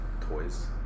toys